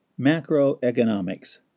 macroeconomics